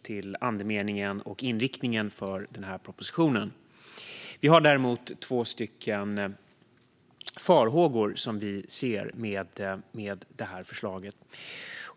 till andemeningen och inriktningen i denna proposition. Vi har däremot två farhågor när det gäller detta förslag.